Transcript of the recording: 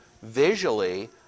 visually